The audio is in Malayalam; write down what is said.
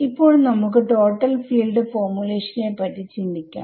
ഇപ്പോൾ നമുക്ക് ടോട്ടൽ ഫീൽഡ് ഫോർമുലേഷൻ നെ പറ്റി ചിന്തിക്കാം